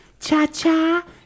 Cha-cha